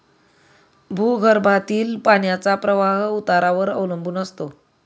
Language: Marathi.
भूगर्भातील पाण्याचा प्रवाह उतारावर अवलंबून असतो